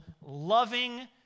loving